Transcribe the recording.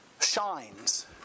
shines